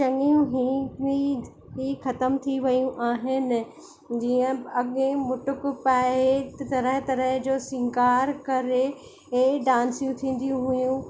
चङियूं ई हुई ख़तम थी वियूं आहिनि जीअं अॻिए मुटुक पाए तरह तरह जो शिंगार करे इहे डांसियूं थींदियूं हुयूं